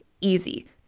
easy